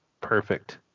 perfect